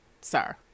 Sir